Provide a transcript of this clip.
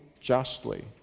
justly